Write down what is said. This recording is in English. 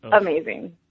amazing